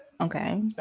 Okay